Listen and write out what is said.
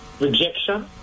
rejection